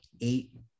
eight